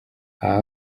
aha